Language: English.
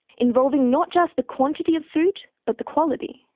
involving not just the quantity of food but the quality,